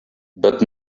but